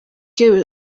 iyo